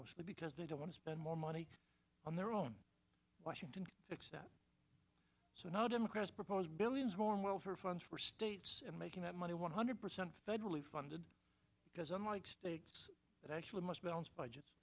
mostly because they don't want to spend more money on their own washington fix that so now democrats propose billions more in welfare funds for states and making that money one hundred percent federally funded because unlike states that actually must balance budgets